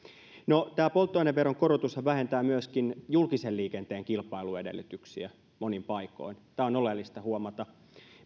no tämä polttoaineveron korotushan vähentää myöskin julkisen liikenteen kilpailuedellytyksiä monin paikoin tämä on oleellista huomata